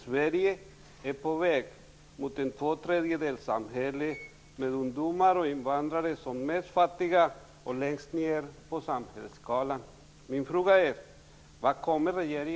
Sverige är på väg mot ett tvåtredjedelssamhälle, med ungdomar och invandrare som mest fattiga och längst ned på samhällsskalan.